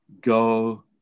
Go